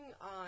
on